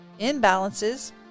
Imbalances